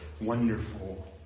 wonderful